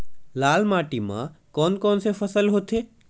लाल माटी म कोन कौन से फसल होथे?